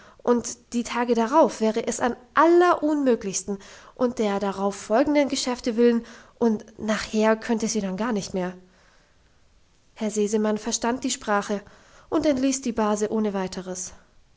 und die tage darauf wäre es am allerunmöglichsten um der darauf folgenden geschäfte willen und nachher könnte sie dann gar nicht mehr herr sesemann verstand die sprache und entließ die base ohne weiteres